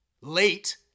late